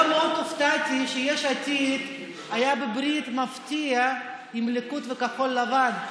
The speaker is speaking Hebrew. היום מאוד הופתעתי שיש עתיד הייתה בברית מפתיעה עם הליכוד וכחול לבן.